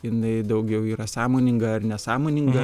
jinai daugiau yra sąmoninga ar nesąmoninga